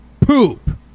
Poop